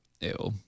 Ew